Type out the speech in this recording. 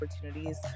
opportunities